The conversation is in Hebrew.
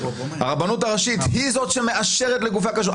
הרבנות הראשית היא זו שמאשרת לגופי הכשרות.